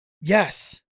Yes